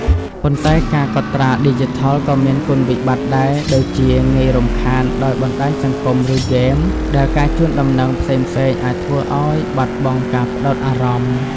ប៉ុន្តែការកត់ត្រាឌីជីថលក៏មានគុណវិបត្តិដែរ ដូចជា ងាយរំខាន ដោយបណ្ដាញសង្គមឬហ្គេម ដែលការជូនដំណឹងផ្សេងៗអាចធ្វើឱ្យបាត់បង់ការផ្ដោតអារម្មណ៍។